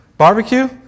Barbecue